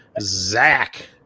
Zach